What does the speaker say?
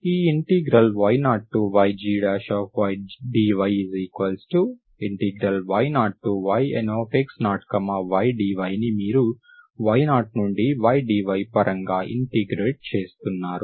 ఈ y0ygy dy y0yNx0ydy ను మీరు y0 నుండి y dy పరంగా ఇంటిగ్రేట్ చేస్తున్నారు